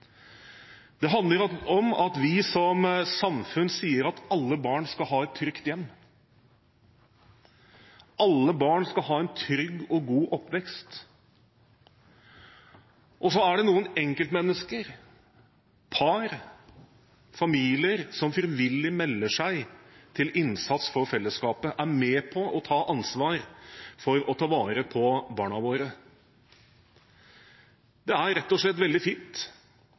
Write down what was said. Det handler om at vi som samfunn sier at alle barn skal ha et trygt hjem. Alle barn skal ha en trygg og god oppvekst. Og så er det noen enkeltmennesker, par, familier, som frivillig melder seg til innsats for fellesskapet, og som er med på å ta ansvar for å ta vare på barna våre. Det er rett og slett veldig fint